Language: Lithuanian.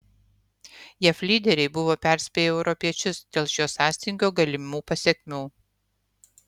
jav lyderiai buvo perspėję europiečius dėl šio sąstingio galimų pasekmių